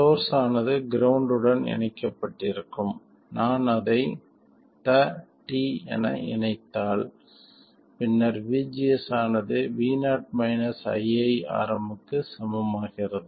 source ஆனது ground உடன் இணைக்கப்பட்டிருக்கும் நான் அதை tha t என இணைத்தால் பின்னர் vgs ஆனது vo iiRm க்கு சமமாகிறது